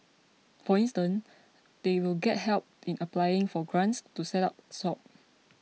for instance they will get help in applying for grants to set up shop